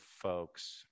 folks